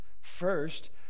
First